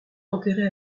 enterrée